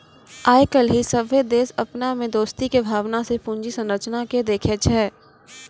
आइ काल्हि सभ्भे देश अपना मे दोस्ती के भावना से पूंजी संरचना के देखै छै